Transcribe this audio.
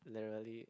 the really